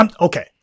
Okay